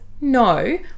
no